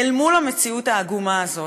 אל מול המציאות העגומה הזאת,